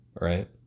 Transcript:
Right